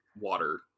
water